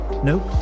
Nope